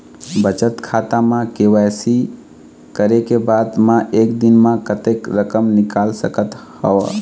बचत खाता म के.वाई.सी करे के बाद म एक दिन म कतेक रकम निकाल सकत हव?